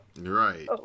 Right